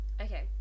Okay